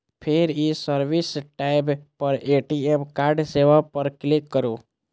फेर ई service tab पर ए.टी.एम कार्ड सेवा पर क्लिक करू